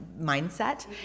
mindset